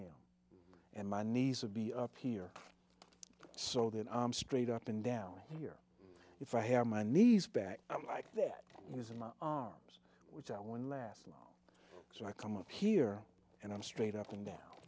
him and my knees of be up here so that straight up and down here if i have my knees back i'm like that he was in my arms which i won last long so i come up here and i'm straight up and down